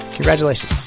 congratulations